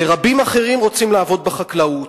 ורבים אחרים רוצים לעבוד בחקלאות,